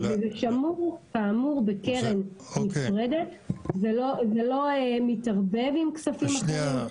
זה שמור בקרן נפרדת ולא מתערבב עם כספים אחרים.